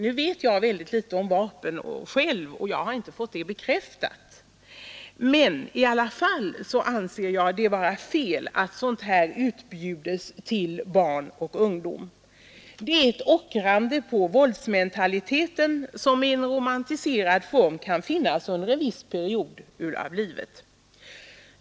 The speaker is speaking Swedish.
Nu vet jag emellertid själv mycket litet om vapen, och jag har inte fått detta påstående bekräftat. Men jag anser det vara fel att sådant utbjuds till barn och ungdom. Det är ett ockrande på våldsmentaliteten, som i romantiserad form kan finnas under en viss period av livet.